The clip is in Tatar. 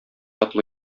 атлы